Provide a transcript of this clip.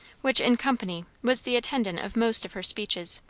which, in company, was the attendant of most of her speeches.